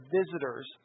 visitors